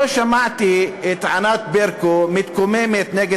לא שמעתי את ענת ברקו מתקוממת נגד